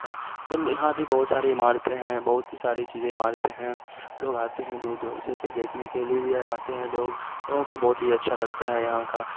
ہے تو یہاں بھی بہت ساری عمارتیں ہیں بہت ہی ساری چیزیں عمارتیں ہیں لوگ آتے ہیں دور دور سے اسے دیکھنے کے لیے بھی آتے ہیں لوگ لوگوں کو بہت ہی اچھا لگتا ہے یہاں کا